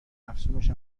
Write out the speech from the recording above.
افزونش